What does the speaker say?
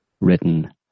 written